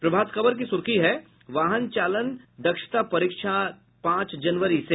प्रभात खबर की सुर्खी है वाहन चालन दक्षता परीक्षा पांच जनवरी से